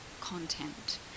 content